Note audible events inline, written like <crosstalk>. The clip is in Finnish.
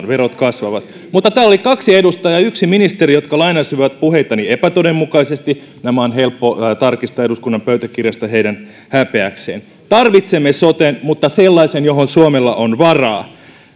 <unintelligible> verot kasvavat täällä oli kaksi edustajaa ja yksi ministeri jotka lainasivat puheitani epätodenmukaisesti nämä on helppo tarkistaa eduskunnan pöytäkirjasta heidän häpeäkseen tarvitsemme soten mutta sellaisen johon suomella on varaa